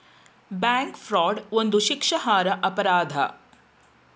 bank fraud ಒಂದು ಶಿಕ್ಷಾರ್ಹ ಅಪರಾಧ